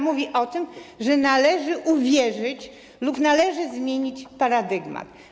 Mówi się o tym, że należy uwierzyć lub należy zmienić paradygmat.